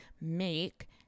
make